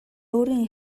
өөрийн